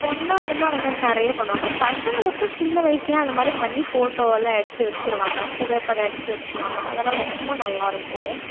பொண்ணாக இருந்தால் அந்த மாதிரி நிறைய பண்ணுவாங்க பசங்களுக்கும் சின்ன வயசில் அந்தமாதிரி பண்ணி ஃபோட்டோ எல்லாம் எடுத்து வச்சிருவாங்க புகைப்படம் எடுத்து வச்சிருவாங்க அதலாம் ரொம்ப நல்லா இருக்கும்